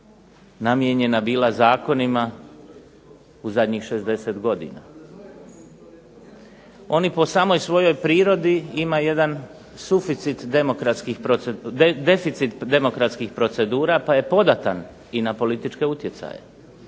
namijenjena bila zakonima u zadnjih 60 godina. Oni po samoj svojoj prirodi ima jedan suficit demokratskih, deficit demokratskih procedura pa je podatan i na političke utjecaje.